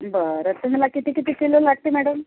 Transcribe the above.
बरं तुम्हाला किती किती किलो लागते मॅडम